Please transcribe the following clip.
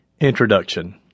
Introduction